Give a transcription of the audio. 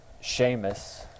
Sheamus